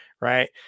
Right